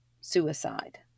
suicide